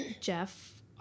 jeff